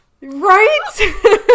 Right